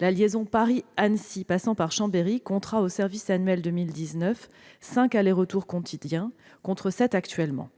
la liaison Paris-Annecy passant par Chambéry comptera au service annuel 2019 cinq allers-retours quotidiens contre sept actuellement.